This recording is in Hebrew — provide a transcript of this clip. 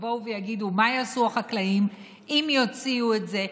כאן יבואו ויגידו: מה יעשו החקלאים אם יוציאו את זה?